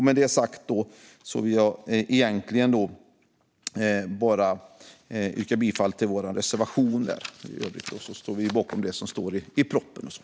Med detta sagt vill jag yrka bifall till vår reservation. I övrigt står vi bakom det som står i propositionen.